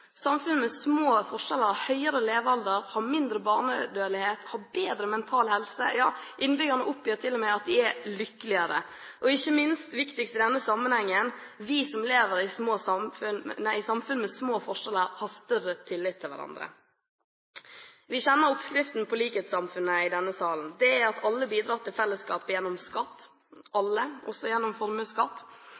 Samfunn med små forskjeller har høyere levealder, mindre barnedødelighet, bedre mental helse, ja innbyggerne oppgir til og med at de er lykkeligere. Og ikke minst viktig i denne sammenhengen: Vi som lever i samfunn med små forskjeller, har større tillit til hverandre. Vi kjenner oppskriften på likhetssamfunnet i denne sal. Det er at alle bidrar til fellesskapet gjennom skatt – alle, også gjennom